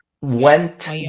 Went